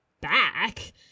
back